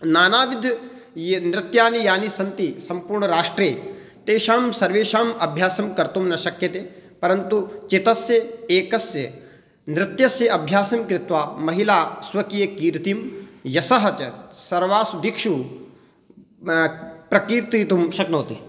नानाविध ये नृत्यानि यानि सन्ति सम्पूर्णराष्ट्रे तेषां सर्वेषाम् अभ्यासं कर्तुं न शक्यते परन्तु चितस्य एकस्य नृत्यस्य अभ्यासं कृत्वा महिलाः स्वकीयकीर्तिं यशः च सर्वासु दिक्षु प्रकीर्तयितुं शक्नोति